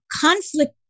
conflict